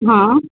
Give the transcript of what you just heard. हा